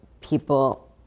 people